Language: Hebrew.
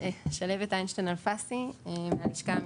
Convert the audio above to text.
--- שלהבת אינשטיין אלפסי מהלשכה המשפטית.